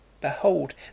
behold